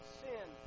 sin